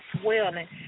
swelling